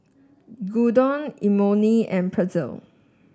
Gyudon Imoni and Pretzel